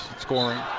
scoring